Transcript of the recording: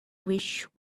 wish